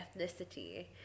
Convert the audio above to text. ethnicity